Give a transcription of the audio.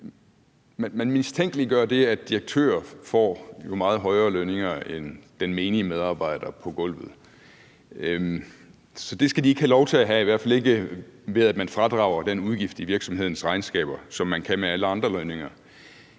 man mistænkeliggør det, at direktører får meget højere lønninger end den menige medarbejder på gulvet. Så det skal de ikke have lov til at have, i hvert fald ikke, ved at man fradrager den udgift i virksomhedens regnskaber, som man kan med alle andre lønninger.